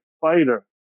fighter